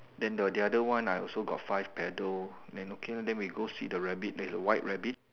then the other one I also got five petal then okay lor then we go see the rabbit there's a white rabbit